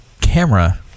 camera